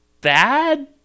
bad